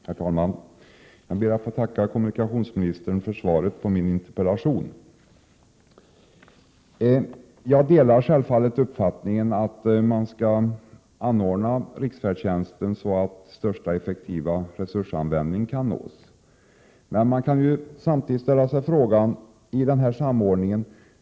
Herr talman! Jag ber att få tacka kommunikationsministern för svaret på min interpellation. Jag delar självfallet uppfattningen att riksfärdtjänsten skall anordnas så att den mest effektiva resursanvändningen kan uppnås. Men man kan samtidigt ställa sig en fråga beträffande den här samordningen.